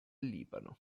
libano